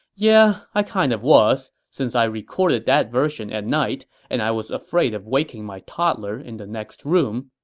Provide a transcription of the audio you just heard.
yeah, i kind of was, since i recorded that version at night and i was afraid of waking my toddler in the next room.